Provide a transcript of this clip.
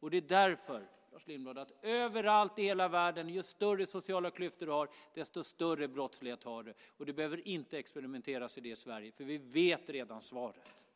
Man kan se överallt, i hela världen, Lars Lindblad, att ju större de sociala klyftorna är, desto högre är brottsligheten. Vi behöver inte experimentera med det i Sverige, för vi vet redan svaret.